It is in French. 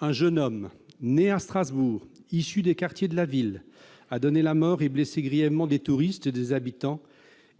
Un jeune homme né à Strasbourg, issu des quartiers de la ville, a donné la mort et blessé grièvement des touristes et des habitants,